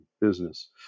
business